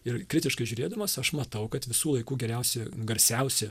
ir kritiškai žiūrėdamas aš matau kad visų laikų geriausi garsiausi